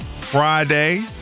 Friday